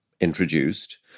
introduced